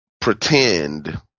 pretend